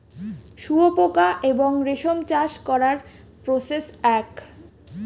শুয়োপোকা এবং রেশম চাষ করার প্রসেস এক